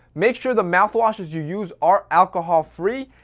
make sure the mouth washes you use are alcohol-free.